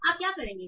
आप क्या करेंगे